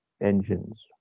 engines